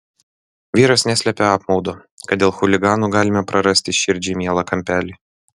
vyras neslėpė apmaudo kad dėl chuliganų galime prarasti širdžiai mielą kampelį